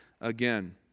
again